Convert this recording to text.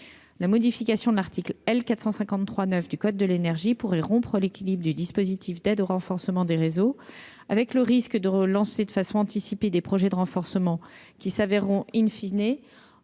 La modification de l'article L. 453-9 du code de l'énergie pourrait rompre l'équilibre du dispositif d'aide au renforcement des réseaux, le risque étant de lancer de façon anticipée des projets de renforcement qui se révéleront peu